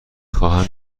خواهم